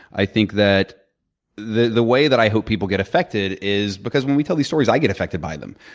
i think that the the way that i hope people get affected is because when we tell these stories, i get affected by them.